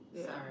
Sorry